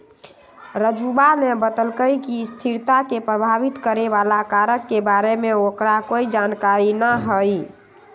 राजूवा ने बतल कई कि स्थिरता के प्रभावित करे वाला कारक के बारे में ओकरा कोई जानकारी ना हई